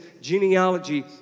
genealogy